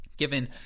Given